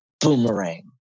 Boomerang